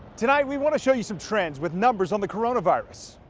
tonight we want to show you some trends with numbers on the coronavirus.